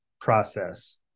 process